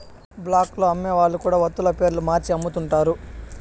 black లో అమ్మే వాళ్ళు కూడా వత్తుల పేర్లు మార్చి అమ్ముతుంటారు